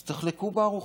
אז תחלקו בארוחה.